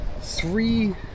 three